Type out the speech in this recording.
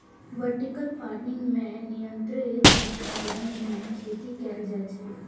vertical farming मे नियंत्रित वातावरण मे खेती कैल जाइ छै